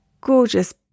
gorgeous